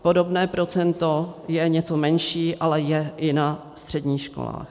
Podobné procento, je o něco menší, je ale i na středních školách.